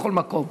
בכל מקום.